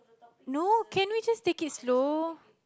no can we just take it slow